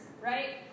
right